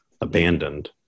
abandoned